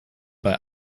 bei